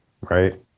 right